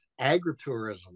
agritourism